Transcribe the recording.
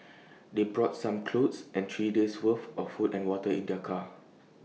they brought some clothes and three days' worth of food and water in their car